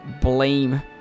blame